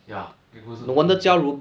ya gap closer fucking good